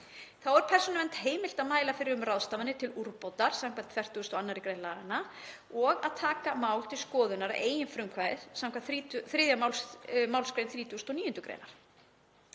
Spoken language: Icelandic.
Þá er Persónuvernd heimilt að mæla fyrir um ráðstafanir til úrbóta samkvæmt 42. gr. laganna og að taka mál til skoðunar að eigin frumkvæði samkvæmt 3. mgr. 39. gr.